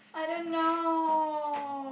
I don't know